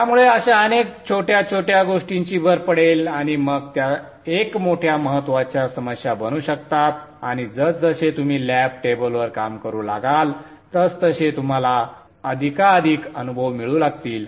त्यामुळे अशा अनेक छोट्या छोट्या गोष्टींची भर पडेल आणि मग त्या एक मोठ्या महत्त्वाच्या समस्या बनू शकतात आणि जसजसे तुम्ही लॅब टेबलवर काम करू लागाल तसतसे तुम्हाला अधिकाधिक अनुभव मिळू लागतील